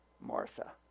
Martha